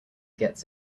gets